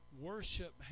worship